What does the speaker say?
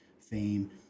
fame